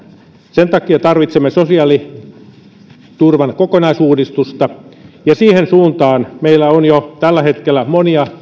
sen takia tarvitsemme sosiaaliturvan kokonaisuudistusta ja siihen suuntaan meillä on jo tällä hetkellä monia